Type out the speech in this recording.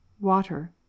water